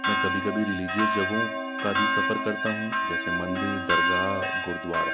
میں کبھی کبھی ریلیجیس جگہوں کا بھی سفر کرتا ہوں جیسے مندر درگاہ گرودوارا